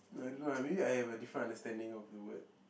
no lah I don't know maybe I have a different understanding of the word